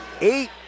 Eight